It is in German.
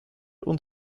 und